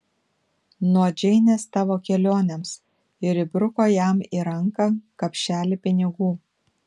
nuo džeinės tavo kelionėms ir įbruko jam į ranką kapšelį pinigų